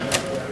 אחריה,